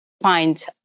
find